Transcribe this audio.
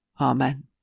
Amen